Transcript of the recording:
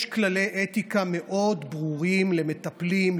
יש כללי אתיקה ברורים מאוד למטפלים,